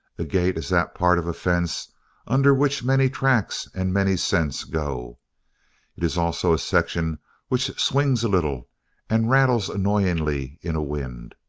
a gate is that part of a fence under which many tracks and many scents go it is also a section which swings a little and rattles annoyingly in a wind.